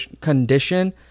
condition